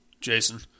Jason